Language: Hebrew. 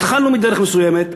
התחלנו מדרך מסוימת,